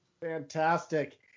Fantastic